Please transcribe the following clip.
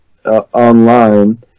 Online